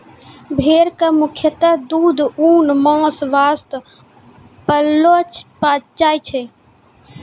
भेड़ कॅ मुख्यतः दूध, ऊन, मांस वास्तॅ पाललो जाय छै